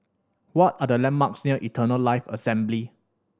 what are the landmarks near Eternal Life Assembly